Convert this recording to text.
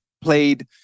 played